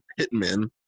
Hitmen